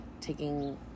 taking